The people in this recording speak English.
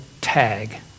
tag